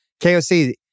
KOC